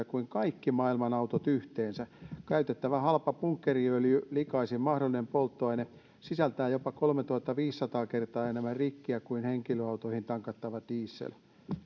kuin kaikki maailman autot yhteensä käytettävä halpa bunkkeriöljy likaisin mahdollinen polttoaine sisältää jopa kolmetuhattaviisisataa kertaa enemmän rikkiä kuin henkilöautoihin tankattava diesel